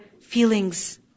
feelings